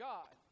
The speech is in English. God